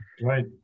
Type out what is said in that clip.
right